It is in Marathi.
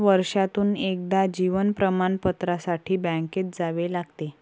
वर्षातून एकदा जीवन प्रमाणपत्रासाठी बँकेत जावे लागते